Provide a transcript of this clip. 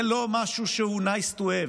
זה לא משהו שהוא nice to have,